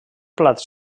plats